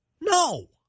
No